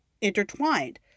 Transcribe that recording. intertwined